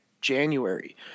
January